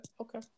Okay